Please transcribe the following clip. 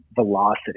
velocity